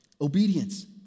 obedience